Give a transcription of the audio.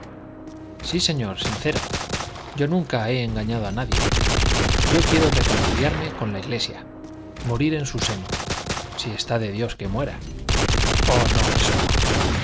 sí señor sincera yo nunca he engañado a nadie yo quiero reconciliarme con la iglesia morir en su seno si está de dios que muera oh no eso no